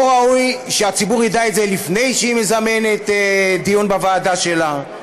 לא ראוי שהציבור ידע את זה לפני שהיא מזמנת דיון בוועדה שלה?